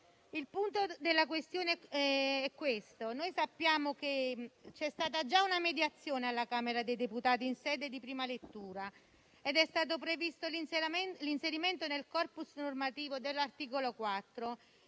Il punto della questione è il seguente: sappiamo che c'è stata già una mediazione alla Camera dei deputati in sede di prima lettura ed è stato previsto l'inserimento nel *corpus* normativo dell'articolo 4